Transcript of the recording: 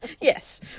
Yes